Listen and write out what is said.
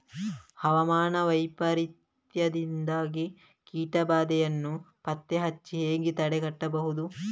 ಹವಾಮಾನ ವೈಪರೀತ್ಯದಿಂದಾಗಿ ಕೀಟ ಬಾಧೆಯನ್ನು ಪತ್ತೆ ಹಚ್ಚಿ ಹೇಗೆ ತಡೆಗಟ್ಟಬಹುದು?